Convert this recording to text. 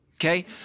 Okay